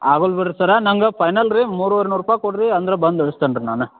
ಆಗಲ್ಲ ಬಿಡ್ರಿ ಸರ್ರ ನಂಗೆ ಫೈನಲ್ ರೀ ಮೂರುವರೆ ನೂರು ರೂಪಾಯಿ ಕೊಡಿರಿ ಅಂದ್ರೆ ಬಂದು ಇಳಿಸ್ತೇನೆ ರೀ ನಾನೇ